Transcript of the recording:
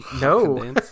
No